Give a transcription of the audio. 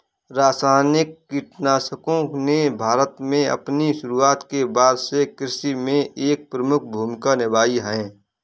रासायनिक कीटनाशकों ने भारत में अपनी शुरूआत के बाद से कृषि में एक प्रमुख भूमिका निभाई हैं